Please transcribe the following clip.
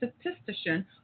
statistician